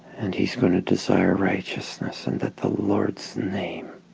and he's gonna desire righteousness and that the lord's name